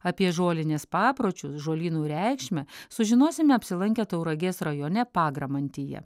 apie žolinės papročius žolynų reikšmę sužinosime apsilankę tauragės rajone pagramantyje